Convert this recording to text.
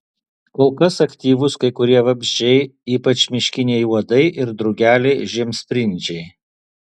kol kas aktyvūs kai kurie vabzdžiai ypač miškiniai uodai ir drugeliai žiemsprindžiai